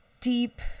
deep